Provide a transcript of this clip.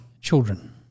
Children